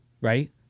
right